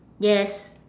yes